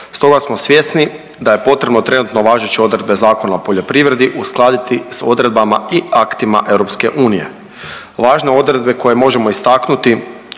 Stoga smo svjesni da je potrebno trenutno važeće odredbe Zakona o poljoprivredi uskladiti s odredbama i aktima EU. Važne odredbe koje možemo istaknuti